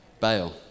Bail